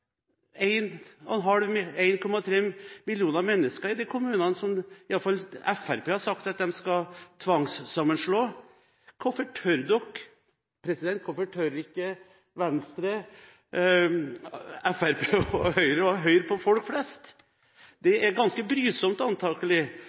millioner mennesker i de kommunene som iallfall Fremskrittspartiet har sagt at de skal tvangssammenslå. Hvorfor tør ikke Venstre, Fremskrittspartiet og Høyre å høre på folk flest? Det